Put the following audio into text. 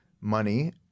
money